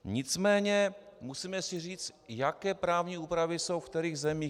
Nicméně si musíme říci, jaké právní úpravy jsou ve kterých zemích.